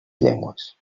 llengües